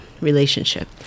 relationship